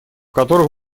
которых